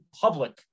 public